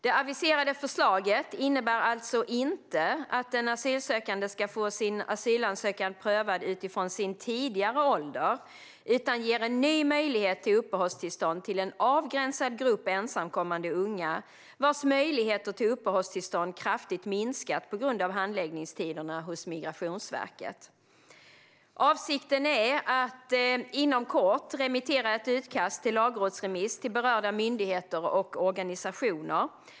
Det aviserade förslaget innebär alltså inte att en asylsökande ska få sin asylansökan prövad utifrån sin tidigare ålder utan ger en ny möjlighet till uppehållstillstånd till en avgränsad grupp ensamkommande unga vars möjligheter till uppehållstillstånd kraftigt minskat på grund av handläggningstiderna hos Migrationsverket. Avsikten är att inom kort remittera ett utkast till lagrådsremiss till berörda myndigheter och organisationer.